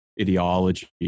ideology